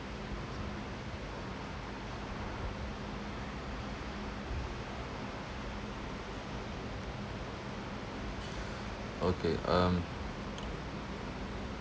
okay um